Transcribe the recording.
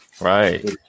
right